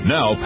Now